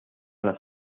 las